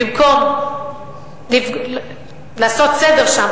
במקום לעשות סדר שם,